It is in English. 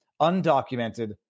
undocumented